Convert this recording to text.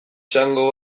txango